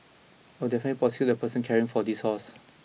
I would definitely prosecute the person caring for this horse